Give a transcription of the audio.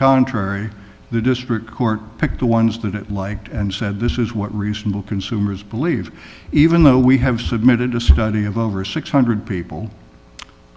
contrary the district court picked the ones that it liked and said this is what reasonable consumers believe even though we have submitted a study of over six hundred people